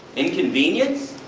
inconvenience?